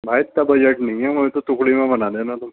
بھائی اتنا بجٹ نہیں ہے ہمیں تو ٹکڑی بنا دینا تو